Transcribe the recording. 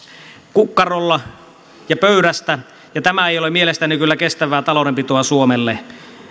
kukkarolla ja pöydästä ja tämä ei ole mielestäni kyllä kestävää taloudenpitoa suomelle